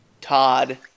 Todd